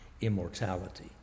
immortality